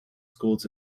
schools